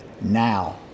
now